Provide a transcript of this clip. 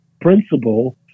principle